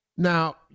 Now